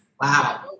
Wow